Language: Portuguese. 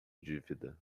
dívida